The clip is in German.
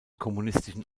kommunistischen